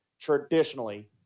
traditionally